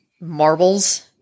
marbles